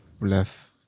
left